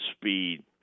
speed